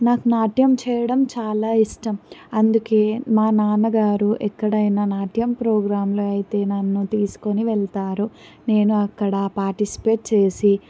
నాకు నాట్యం చేయడం చాలా ఇష్టం అందుకే మా నాన్నగారు ఎక్కడైనా నాట్యం ప్రోగ్రాంలు అయితే నన్ను తీసుకొని వెళతారు నేను అక్కడ పార్టిస్పేట్ చేసి